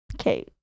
Okay